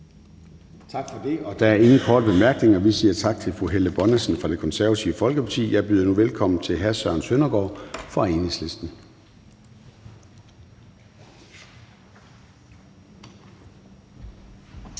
Tak for det. Der er ingen korte bemærkninger, og vi siger tak til fru Helle Bonnesen fra Det Konservative Folkeparti. Jeg byder nu velkommen til hr. Søren Søndergaard fra Enhedslisten.